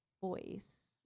voice